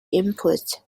inputs